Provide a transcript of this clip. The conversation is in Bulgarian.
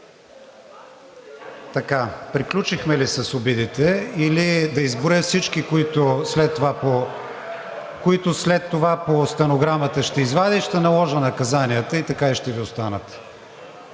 Така, приключихме ли с обидите, или да изброя всички, които след това по стенограмата ще извадя и ще наложа наказанията, и така и ще Ви останат?